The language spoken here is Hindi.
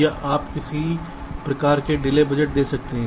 या आप किसी प्रकार के डिले बजट दे सकते हैं